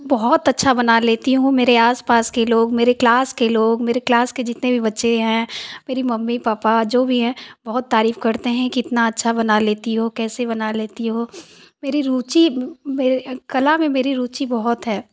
बहुत अच्छा बना लेती हूँ मेरे आसपास के लोग मेरे क्लास के लोग मेरे क्लास के जितने भी बच्चे हैं मेरे मम्मी पापा जो भी हैं बहुत तारीफ करते हैं कितना अच्छा बना लेती हो कैसे बना लेती हो मेरी रुचि मेरे कला में मेरी रुचि बहोत है